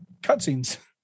Cutscenes